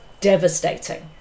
devastating